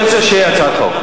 אני רוצה שתהיה הצעת חוק.